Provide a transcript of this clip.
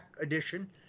edition